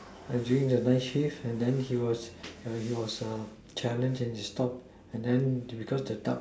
when doing the night shift and then he was he was challenge and distort and then because the dark